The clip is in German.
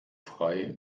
frei